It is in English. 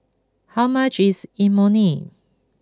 how much is Imoni